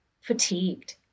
fatigued